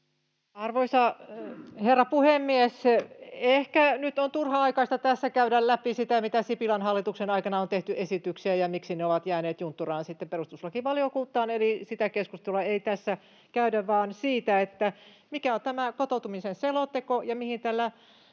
Arvoisa herra puhemies! Ehkä nyt on turhan aikaista tässä käydä läpi sitä, mitä esityksiä Sipilän hallituksen aikana on tehty ja miksi ne ovat jääneet juntturaan sitten perustuslakivaliokuntaan, eli sitä keskustelua ei tässä käydä, vaan keskustelua siitä, mikä on tämä kotoutumisen selonteko